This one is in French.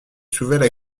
soulevait